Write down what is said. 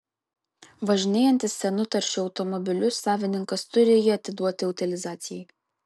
važinėjantis senu taršiu automobiliu savininkas turi jį atiduoti utilizacijai